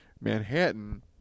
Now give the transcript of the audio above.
Manhattan